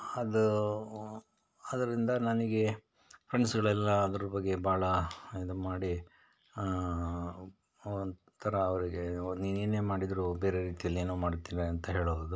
ಅದು ಅದರಿಂದ ನನಗೆ ಫ್ರೆಂಡ್ಸ್ಗಳೆಲ್ಲ ಅದರೆ ಬಗ್ಗೆ ಭಾಳ ಇದು ಮಾಡಿ ಒಂಥರ ಅವರಿಗೆ ನೀನು ಏನೇ ಮಾಡಿದರೂ ಬೇರೆ ರೀತಿಯಲ್ಲಿ ಏನೋ ಮಾಡ್ತೀರಾ ಅಂತ ಹೇಳೋದು